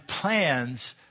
plans